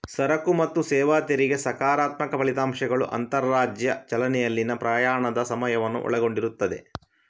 ಸರಕು ಮತ್ತು ಸೇವಾ ತೆರಿಗೆ ಸಕಾರಾತ್ಮಕ ಫಲಿತಾಂಶಗಳು ಅಂತರರಾಜ್ಯ ಚಲನೆಯಲ್ಲಿನ ಪ್ರಯಾಣದ ಸಮಯವನ್ನು ಒಳಗೊಂಡಿರುತ್ತದೆ